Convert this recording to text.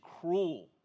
cruel